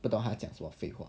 不懂他要讲废话